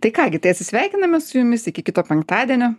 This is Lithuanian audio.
tai ką gi tai atsisveikiname su jumis iki kito penktadienio